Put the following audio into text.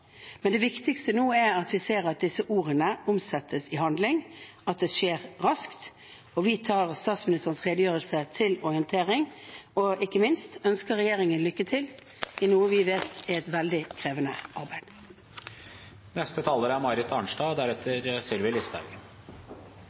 Men det viktigste nå er at vi ser at disse ordene omsettes i handling, og at det skjer raskt. Vi tar statsministerens redegjørelse til orientering og ønsker ikke minst regjeringen lykke til i noe vi vet er et veldig krevende arbeid. Jeg vil også takke statsministeren for redegjørelsen. Vi er